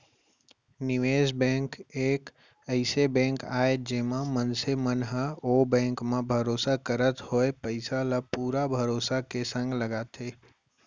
निवेस बेंक एक अइसन बेंक आय जेमा मनसे मन ह ओ बेंक म भरोसा करत होय पइसा ल पुरा भरोसा के संग लगाथे